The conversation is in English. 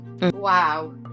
wow